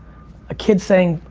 a kid saying.